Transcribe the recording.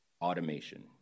Automation